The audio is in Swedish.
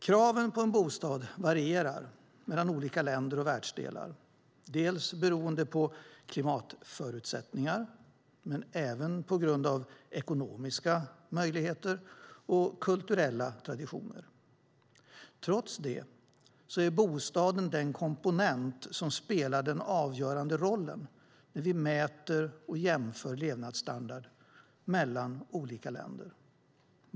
Kraven på en bostad varierar mellan olika länder och världsdelar, beroende på klimatförutsättningar men även på grund av ekonomiska möjligheter, kulturella skillnader och traditioner. Trots det är bostaden den komponent som spelar den avgörande rollen när vi mäter och jämför levnadsstandard mellan olika länder.